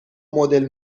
مدل